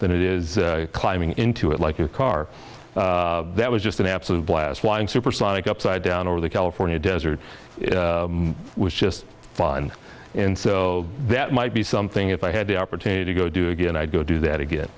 that is climbing into it like a car that was just an absolute blast wind supersonic upside down over the california desert was just fun in so that might be something if i had the opportunity to go do it again i'd go do that again